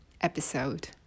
episode